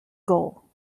goal